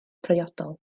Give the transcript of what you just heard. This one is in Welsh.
priodol